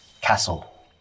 castle